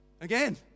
again